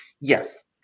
Yes